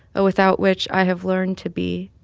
a without which i have learned to be.